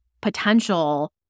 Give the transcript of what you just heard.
potential